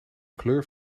kleur